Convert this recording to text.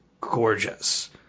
gorgeous